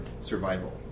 survival